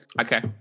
okay